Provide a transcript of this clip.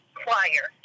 choir